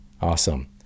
Awesome